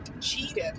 cheated